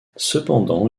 cependant